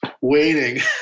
waiting